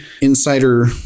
insider